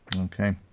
Okay